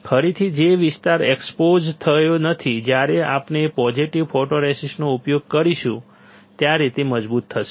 ફરીથી જે વિસ્તાર એક્સપોઝડ થયો નથી જ્યારે આપણે પોઝિટિવ ફોટોરેસિસ્ટનો ઉપયોગ કરીશું ત્યારે તે મજબૂત થશે